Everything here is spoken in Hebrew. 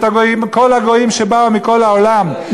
כל הגויים שבאו מכל העולם,